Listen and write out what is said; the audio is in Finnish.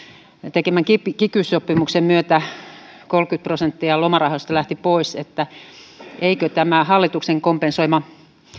tekemän kiky kiky sopimuksen myötä kolmekymmentä prosenttia lomarahoista lähti pois niin eikö tämä hallituksen kompensoima